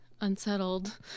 unsettled